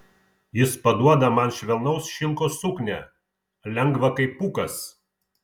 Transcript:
jis paduoda man švelnaus šilko suknią lengvą kaip pūkas